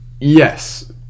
yes